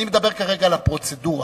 אני מדבר כרגע על הפרוצדורה.